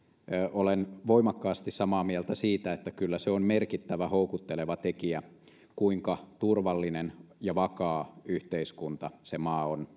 olen voimakkaasti samaa mieltä siitä että kyllä se on merkittävä houkutteleva tekijä kuinka turvallinen ja vakaa yhteiskunta se maa on